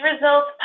results